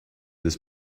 this